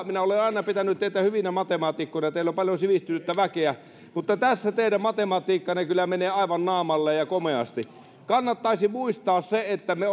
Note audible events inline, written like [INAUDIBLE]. minä olen aina pitänyt teitä hyvinä matemaatikkoina teillä on paljon sivistynyttä väkeä mutta tässä teidän matematiikkanne kyllä menee aivan naamalleen ja komeasti kannattaisi muistaa se että me [UNINTELLIGIBLE]